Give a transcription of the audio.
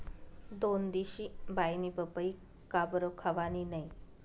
दोनदिशी बाईनी पपई काबरं खावानी नै